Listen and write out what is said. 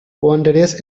wondrous